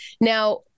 Now